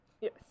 Yes